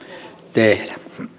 tehdä